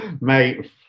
Mate